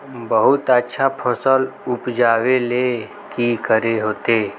बहुत अच्छा फसल उपजावेले की करे होते?